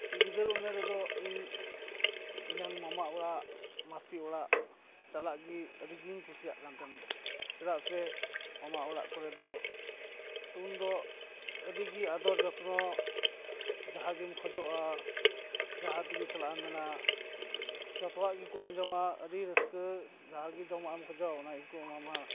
ᱜᱤᱫᱟᱹᱨ ᱩᱢᱮᱨ ᱨᱮᱫᱚ ᱤᱧ ᱤᱧᱟᱝ ᱢᱟᱢᱟ ᱚᱲᱟᱜ ᱢᱟᱥᱤ ᱚᱲᱟᱜ ᱪᱟᱞᱟᱜ ᱜᱮ ᱟᱹᱰᱤ ᱜᱮᱧ ᱠᱩᱥᱤᱭᱟᱜ ᱠᱟᱱ ᱛᱟᱦᱮᱸᱫ ᱪᱮᱫᱟᱜ ᱥᱮ ᱢᱟᱢᱟ ᱚᱲᱟᱜ ᱠᱚᱨᱮ ᱫᱚ ᱛᱚ ᱩᱱᱫᱚ ᱟᱹᱰᱤᱜᱮ ᱟᱫᱚᱨ ᱡᱚᱛᱱᱚ ᱡᱟᱦᱟᱸᱜᱮᱢ ᱠᱷᱚᱡᱚᱜᱼᱟ ᱡᱟᱦᱟᱸ ᱛᱮᱜᱮ ᱪᱟᱞᱟᱜ ᱮᱢ ᱢᱮᱱᱟ ᱡᱚᱛᱚᱣᱟᱜ ᱜᱮᱠᱚ ᱟᱸᱡᱚᱢᱟ ᱟᱹᱰᱤ ᱨᱟᱹᱥᱠᱟᱹ ᱡᱟᱦᱟᱸ ᱜᱮ ᱡᱚᱢᱟᱜᱼᱮᱢ ᱠᱷᱚᱡᱚᱜᱼᱟ ᱚᱱᱟ ᱜᱮᱠᱚ ᱮᱢᱟᱢᱟ